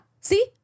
see